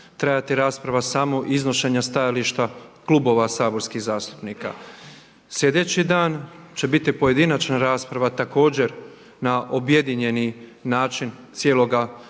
trajati rasprava samo iznošenja stajališta klubova saborskih zastupnika. Sljedeći dan će biti pojedinačna rasprava također na objedinjeni način cijeloga